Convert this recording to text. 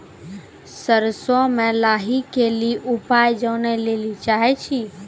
सरसों मे लाही के ली उपाय जाने लैली चाहे छी?